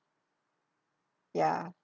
ya